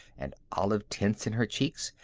and olive tints in her cheeks,